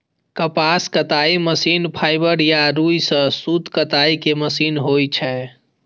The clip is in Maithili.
कपास कताइ मशीन फाइबर या रुइ सं सूत कताइ के मशीन होइ छै